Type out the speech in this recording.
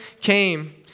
came